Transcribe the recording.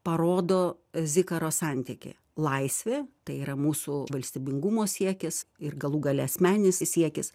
parodo zikaro santykį laisvė tai yra mūsų valstybingumo siekis ir galų gale asmeninis siekis